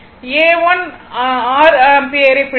A 1 r 6 ஆம்பியரைப் படிக்கும்